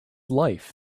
life